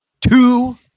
two